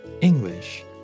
English